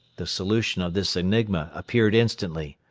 the solution of this enigma appeared instantly.